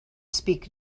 speak